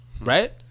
Right